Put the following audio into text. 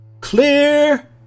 Clear